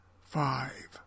five